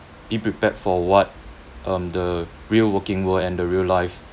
be prepared for what um the real working world and the real life